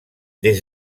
des